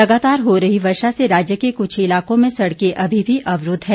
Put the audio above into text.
लगातार हो रही वर्षा से राज्य के कुछ इलाकों में सड़कें अभी भी अवरुद्ध है